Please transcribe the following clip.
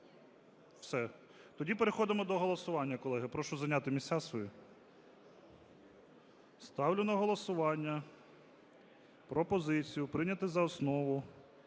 Все. Тоді переходимо до голосування, колеги. Прошу зайняти місця свої. Ставлю на голосування пропозицію прийняти за основу